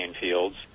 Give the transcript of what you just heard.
fields